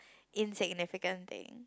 insignificant thing